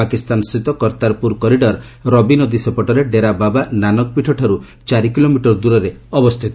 ପାକିସ୍ତାନସ୍ଥିତ Kartarpur corridor ରବିନଦୀ ସେପଟରେ ଡେରାବାବା ନାନକପୀଠ ଠାରୁ ଚାରିକିଲୋମିଟର ଦୂରରେ ଅବସ୍ଥିତ